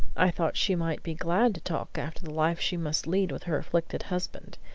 i thought she might be glad to talk after the life she must lead with her afflicted husband,